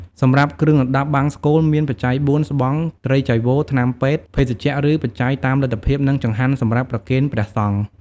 សម្រាប់គ្រឿងរណ្តាប់បង្សុកូលមាន បច្ច័យបួន ស្បង់ ត្រៃចីវរ ថ្នាំពេទ្យ ភេសជ្ជៈ ឬបច្ច័យតាមលទ្ធភាព និងចង្ហាន់សម្រាប់ប្រគេនព្រះសង្ឃ។